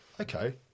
okay